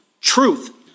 truth